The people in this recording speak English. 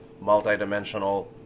multi-dimensional